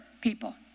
people